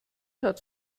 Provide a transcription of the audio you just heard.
hat